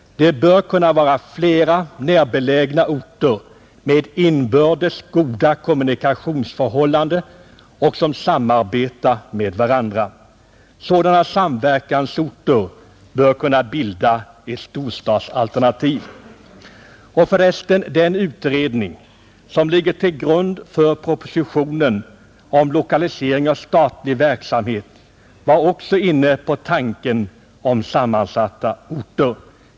Det bör kunna vara flera närbelägna orter som har goda inbördes kommunikationsförhållanden och som samarbetar med varandra, Sådana samverkansorter bör kunna bilda ett storstadsalternativ. Den utredning som ligger till grund för propositionen om omlokalisering av statlig verksamhet var förresten också inne på tanken med sammansatta orter.